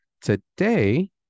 Today